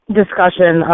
discussion